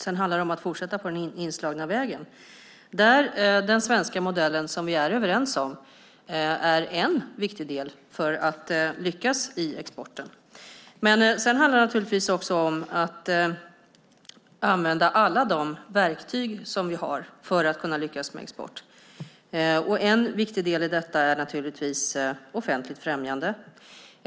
Sedan handlar det om att fortsätta på den inslagna vägen, där den svenska modellen som vi är överens om är en viktig del för att lyckas i exporten. Men sedan handlar det naturligtvis också om att använda alla de verktyg som vi har för att kunna lyckas med export. En viktig del i detta är naturligtvis offentligt främjande.